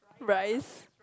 rice